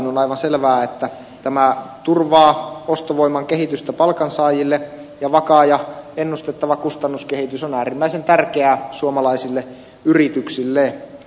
on aivan selvää että tämä turvaa ostovoiman kehitystä palkansaajille ja vakaa ja ennustettava kustannuskehitys on äärimmäisen tärkeää suomalaisille yrityksille